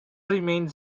remained